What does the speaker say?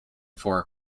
for